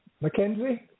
Mackenzie